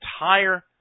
entire